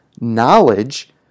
knowledge